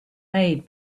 made